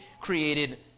created